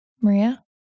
Maria